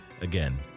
again